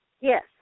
Yes